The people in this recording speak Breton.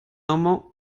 amañ